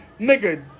nigga